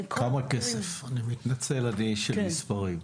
אני מתנצל, אני איש של מספרים,